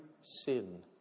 sin